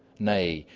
nay,